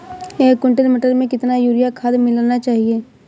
एक कुंटल मटर में कितना यूरिया खाद मिलाना चाहिए?